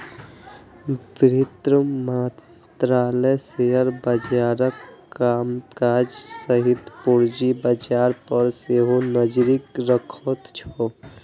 वित्त मंत्रालय शेयर बाजारक कामकाज सहित पूंजी बाजार पर सेहो नजरि रखैत छै